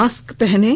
mask पहनें